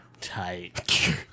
tight